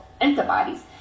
antibodies